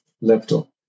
laptop